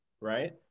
right